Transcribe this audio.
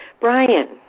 Brian